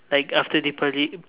like after Deepali